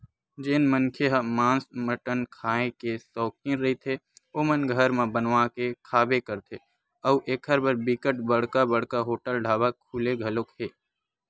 जेन मनखे ह मांस मटन खांए के सौकिन रहिथे ओमन घर म बनवा के खाबे करथे अउ एखर बर बिकट बड़का बड़का होटल ढ़ाबा खुले घलोक हे